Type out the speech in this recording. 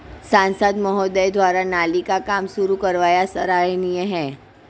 सांसद महोदय द्वारा नाली का काम शुरू करवाना सराहनीय है